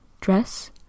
dress